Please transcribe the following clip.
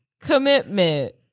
commitment